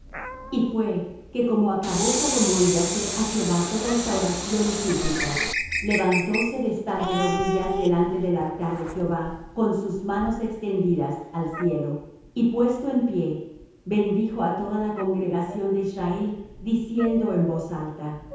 y fué que como acabó salomón de hacer á jehová toda esta oración y súplica levantóse de estar de rodillas delante del altar de jehová con sus manos extendidas al cielo y puesto en pie bendijo á toda la congregación de israel diciendo en voz alta